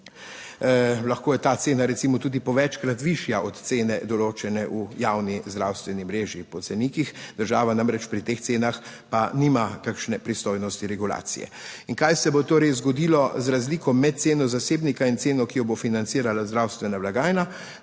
lahko je ta cena recimo tudi po večkrat višja, od cene, določene v javni zdravstveni mreži, po cenikih, država namreč pri teh cenah pa nima kakšne pristojnosti regulacije. In kaj se bo torej zgodilo z razliko med ceno zasebnika in ceno, ki jo bo financirala zdravstvena blagajna?